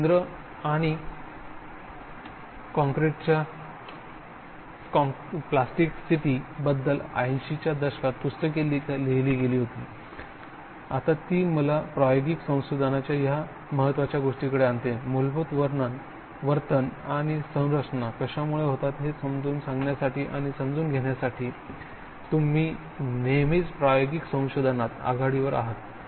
रवींद्र आणि कॉंक्रिटच्या प्लॅस्टिसीटीबद्दल 80 च्या दशकात पुस्तकेही लिहिली गेली होती आता ती मला प्रायोगिक संशोधनाच्या या महत्त्वाच्या गोष्टीकडे आणते मूलभूत वर्तन आणि संरचना कशामुळे होतात हे समजावून सांगण्यासाठी आणि समजून घेण्यासाठी तुम्ही नेहमीच प्रायोगिक संशोधनात आघाडीवर आहात